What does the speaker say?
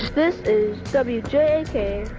this is so wjak,